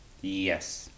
Yes